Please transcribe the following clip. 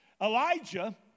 Elijah